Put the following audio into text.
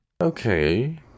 Okay